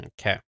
Okay